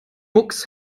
mucks